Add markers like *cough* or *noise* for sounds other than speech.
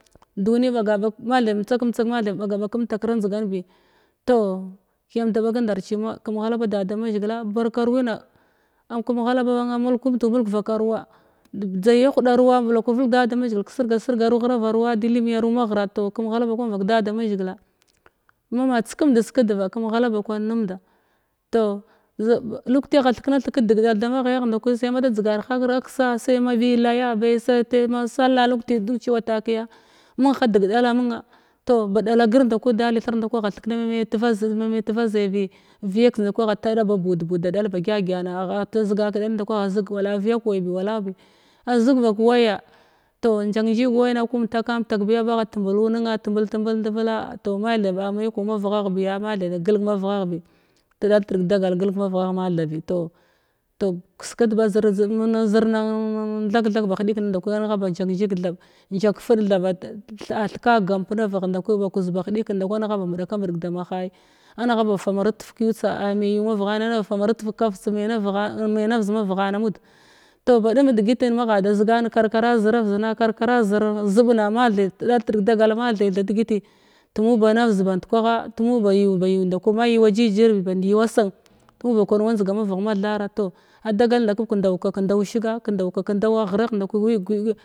Duni ɓaga bag ma thai mtsak mtsak ma thai ɓaga bag kamta kera njdigan bi toh kiyam da b’agan ndar xima kem ghala ba da da mazhigila barkaruwina am kum ghala ba a mulkumndu mulg vakaruwa dek dzagya huɗa ruwa velakur vulg da da mazhigil kəsirga sirga ghrava ruwa delimiyaru maghra toh kəm ghaka ba kwan vak da damazhigila mama tsekəmdis kədva kamghala ba kwan nemnda toh zab-tukyi agha theknathig kədig dal da maghayagh nda kwi sai ma dzigar hara kəssa *unintelligible* takiya mung ha de dala munna toh ba ɗalagr ndaku dali thin ndaku aghathekne meme ma me tevaz-mame teva zaibi viyaks nda kwi agha taɗa ba bud buda ɗak ba gyagya na agha zigan kəɗal nda kwi agha zrg wala viyak waibi wala au bi azig bak waya toh njak njia warna ku mtaka mtak biya bagha yumblu nann tunbul ndella toh me tha ba meko mavghagh biya ma thai ga galg mavghaghbi tidal tiɗg dagal galg mavghagh ma tha bi toh toh kesket ba-zw-zir-nan thag thag ba hedikim nda kwi angha ba njak njig thab njak fud thaɓ *unintelligible* á thika gamp nevegh kwi angha ba mbeɗaka mbedig da ma ha’i angha ba famarit fug keuu tir a me yu mavghan angha ba famarit fug kaviz tsa me-nevak me navz macghana amud toh baɗum nu degitin magha zigan karkara ziravzna kar kara zir ziɓ na ma thai tidal tidig dagal ma thai tha degiti tumu ba navz band kwaha tumu ba ya ba nda kwani ma’i yuwa jijir band yuwa san tu ba kwan wa njdiga mavegh mathar toh toh adagal nda ku kamdau ka kandau shiga kandau ka kəndawa ghragh we.